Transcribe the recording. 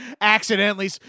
accidentally